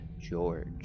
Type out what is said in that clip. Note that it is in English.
George